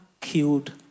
killed